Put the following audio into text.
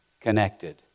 connected